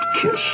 kiss